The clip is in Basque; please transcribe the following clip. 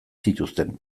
zituzten